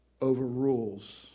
overrules